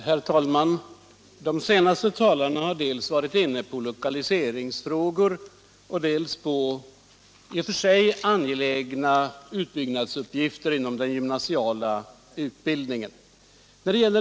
Herr talman! De senaste talarna har varit inne dels på lokaliseringsfrågor, dels på i och för sig angelägna utbyggnadsuppgifter inom den gymnasiala utbildningen.